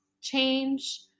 change